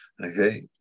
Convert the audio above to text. Okay